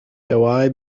douai